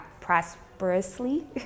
prosperously